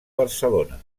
barcelona